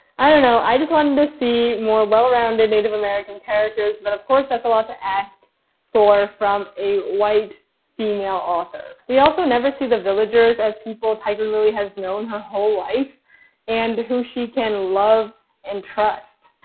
i don't know, i just wanted to see more well-rounded native american characters, but of course that's a lot to ask for from a white female author. we also never see the villagers as people tiger lily has known her whole life and who she can love and trust.